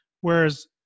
whereas